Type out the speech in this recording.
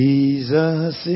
Jesus